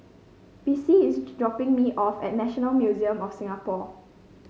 Vicie is dropping me off at National Museum of Singapore